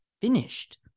finished